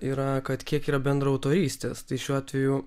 yra kad kiek yra bendraautorystės tai šiuo atveju